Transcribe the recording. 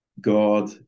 God